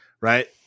right